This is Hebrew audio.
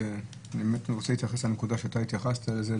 אני באמת רוצה להתייחס לנקודה שאתה התייחסת לזה,